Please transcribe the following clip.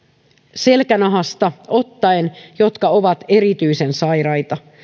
selkänahasta jotka ovat erityisen sairaita